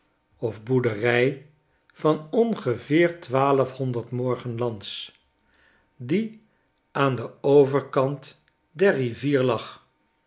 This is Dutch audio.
of boerderij van ongeveer twaalfhonderd morgen lands die aan den overkant der rivier lag